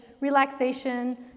relaxation